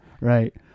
Right